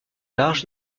large